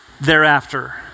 thereafter